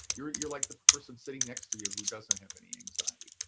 you're you're like the person sitting next to you who doesn't have any anxiety.